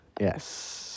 Yes